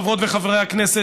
חברות וחברי הכנסת,